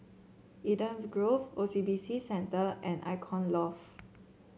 Eden's Grove O C B C Centre and Icon Loft